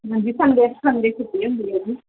ਹਾਂਜੀ Sunday Sunday ਛੁੱਟੀ ਹੁੰਦੀ ਆ ਜੀ